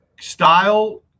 Style